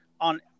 on